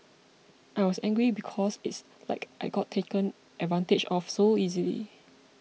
I was angry because it's like I got taken advantage of so easily